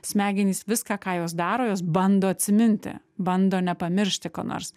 smegenys viską ką jos daro jos bando atsiminti bando nepamiršti ko nors